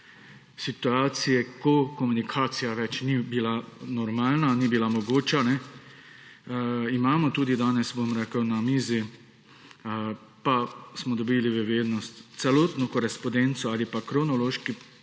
situacije, ko komunikacija ni bila normalna, ni bila mogoča. Imamo tudi danes bom rekel na mizi pa smo dobili v vednost celotno korespondenco ali pa kronološki